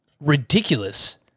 ridiculous